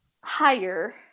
higher